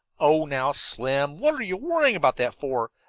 oh, now, slim, what are you worrying about that for?